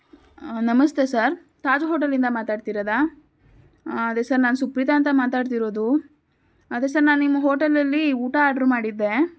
ನಮಸ್ತೆ ಸರ್ ತಾಜ್ ಹೋಟೆಲಿಂದ ಮಾತಾಡ್ತಿರೋದಾ ಅದೇ ಸರ್ ನಾನು ಸುಪ್ರಿತಾ ಅಂತ ಮಾತಾಡ್ತಿರೋದು ಅದೇ ಸರ್ ನಾನು ನಿಮ್ಮ ಹೋಟೆಲಲ್ಲಿ ಊಟ ಆರ್ಡರ್ ಮಾಡಿದ್ದೆ